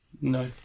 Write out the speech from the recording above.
No